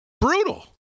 Brutal